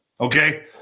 okay